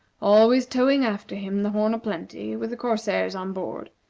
always towing after him the horn o' plenty, with the corsairs on board,